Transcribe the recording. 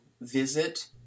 visit